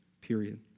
Period